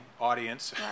audience